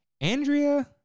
Andrea